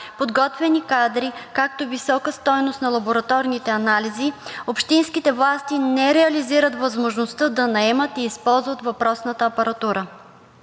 подготвени кадри, както и висока стойност на лабораторните анализи, общинските власти не реализират възможността да наемат и използват въпросната апаратура.